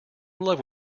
love